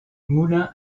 moulin